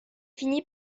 finit